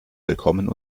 willkommen